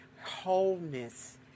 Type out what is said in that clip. wholeness